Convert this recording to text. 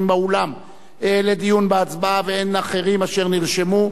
באולם לדיון בהצעה ואין אחרים אשר נרשמו,